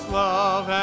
love